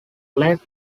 led